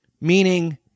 Meaning